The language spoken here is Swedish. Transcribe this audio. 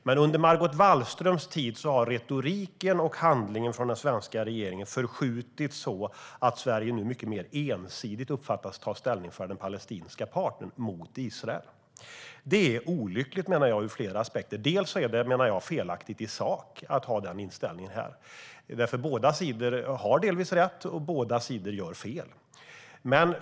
Men under Margot Wallströms tid har retoriken och handlingen från den svenska regeringen förskjutits så att Sverige nu mycket mer ensidigt uppfattas ta ställning för den palestinska parten mot Israel. Det är olyckligt ur flera aspekter. För det första är det, menar jag, felaktigt i sak att ha den inställningen här, därför att båda sidor delvis har rätt och båda sidor gör fel.